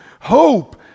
hope